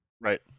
right